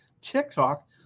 TikTok